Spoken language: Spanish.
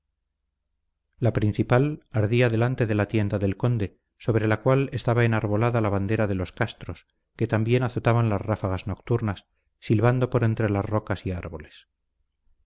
la principal ardía delante de la tienda del conde sobre la cual estaba enarbolada la bandera de los castros que también azotaban las ráfagas nocturnas silbando por entre las rocas y árboles